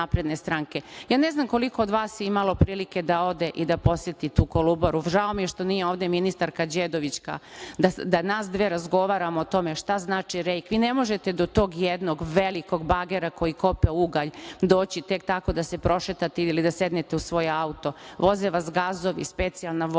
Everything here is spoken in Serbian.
Ja ne znam koliko od vas je imalo prilike da ode i da poseti tu Kolubaru. Žao mi je što ovde nije ministarka Đedovićka, da nas dve razgovaramo o tome šta znači REIK. Vi ne možete do tog jednog velikog bagera koji kopa ugalj doći tek tako da se prošetate ili da sednete u svoj auto. Voze vas gazovi, specijalna vozila.